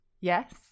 Yes